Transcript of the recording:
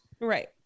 Right